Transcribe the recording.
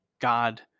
God